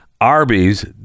Arby's